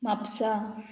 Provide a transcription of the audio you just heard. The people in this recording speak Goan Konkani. म्हापसा